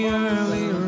early